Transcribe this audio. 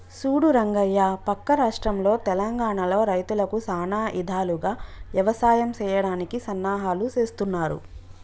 సూడు రంగయ్య పక్క రాష్ట్రంలో తెలంగానలో రైతులకు సానా ఇధాలుగా యవసాయం సెయ్యడానికి సన్నాహాలు సేస్తున్నారు